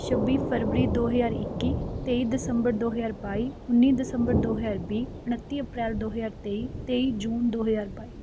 ਛੱਬੀ ਫਰਵਰੀ ਦੋ ਹਜ਼ਾਰ ਇੱਕੀ ਤੇਈ ਦਸੰਬਰ ਦੋ ਹਜ਼ਾਰ ਬਾਈ ਉੱਨੀ ਦਸੰਬਰ ਦੋ ਹਜ਼ਾਰ ਵੀਹ ਉਨੱਤੀ ਅਪ੍ਰੈਲ ਦੋ ਹਜ਼ਾਰ ਤੇਈ ਤੇਈ ਜੂਨ ਦੋ ਹਜ਼ਾਰ ਬਾਈ